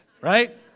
Right